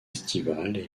estivale